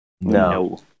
No